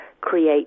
create